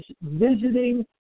visiting